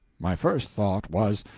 my first thought was,